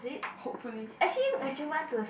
hopefully